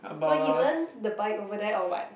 so he learnt the bike over there or what